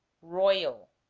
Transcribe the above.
royal